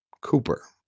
cooper